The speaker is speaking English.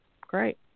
Great